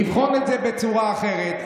בצורה אחרת.